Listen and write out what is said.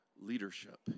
leadership